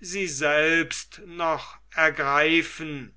sie selbst noch ergreifen